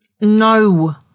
No